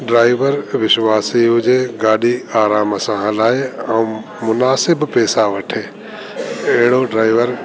driver विश्वासी हुजे गाॾी आरामु सां हलाये ऐं मुनासिब पैसा वठे अहिड़ो ड्राइवर